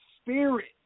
spirit